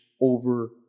over